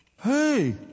hey